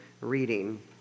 reading